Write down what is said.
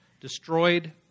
destroyed